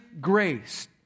grace